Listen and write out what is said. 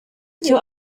icyo